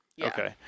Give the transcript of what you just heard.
Okay